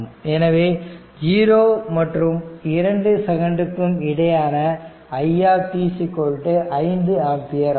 எனவே 0 மற்றும் 2 செகண்ட்டுக்கும் இடையேயான i5 ஆம்பியர் ஆகும்